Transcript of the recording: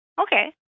Okay